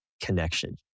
connection